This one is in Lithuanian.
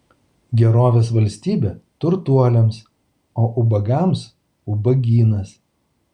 gerovės valstybė turtuoliams o ubagams ubagynas